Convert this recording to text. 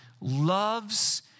loves